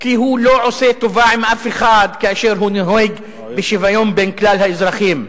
כי הוא לא עושה טובה לאף אחד כאשר הוא נוהג בשוויון בין כלל האזרחים.